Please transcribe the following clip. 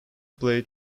played